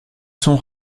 sont